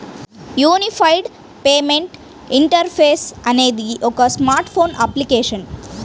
unified payment interface అనేది ఒక smart phone application